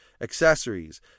Accessories